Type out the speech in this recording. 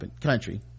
country